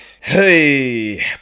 Hey